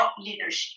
leadership